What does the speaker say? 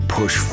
push